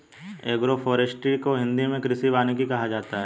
agroforestry को हिंदी मे कृषि वानिकी कहा जाता है